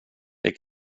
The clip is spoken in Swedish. det